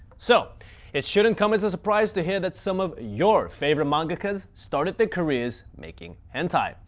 so it shouldn't come as a surprise to hear that some of your favorite mangakas started their careers making hentai.